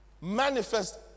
manifest